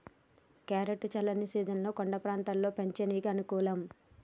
carrot చల్లని season కొండ ప్రాంతంలో పెంచనీకి అనుకూలం